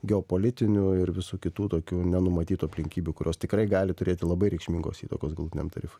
geopolitinių ir visų kitų tokių nenumatytų aplinkybių kurios tikrai gali turėti labai reikšmingos įtakos galutiniam tarifui